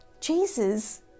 Jesus